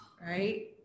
Right